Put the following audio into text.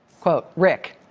quote, rick,